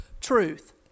truth